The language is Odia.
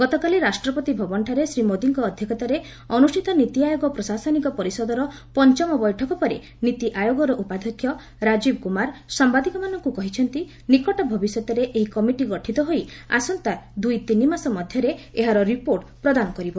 ଗତକାଲି ରାଷ୍ଟ୍ରପତି ଭବନଠାରେ ଶ୍ରୀ ମୋଦିଙ୍କ ଅଧ୍ୟକ୍ଷତାରେ ଅନୁଷ୍ଠିତ ନୀତି ଆୟୋଗ ପ୍ରଶାସନିକ ପରିଷଦର ପଞ୍ଚମ ବୈଠକ ପରେ ନୀତି ଆୟୋଗର ଉପାଧ୍ୟକ୍ଷ ରାଜୀବ କୁମାର ସାୟାଦିକମାନଙ୍କୁ କହିଛନ୍ତି ନିକଟ ଭବିଷ୍ୟତରେ ଏହି କମିଟି ଗଠିତ ହୋଇ ଆସନ୍ତା ଦୂଇ ତିନିମାସ ମଧ୍ୟରେ ଏହାର ରିପୋର୍ଟ ପ୍ରଦାନ କରିବ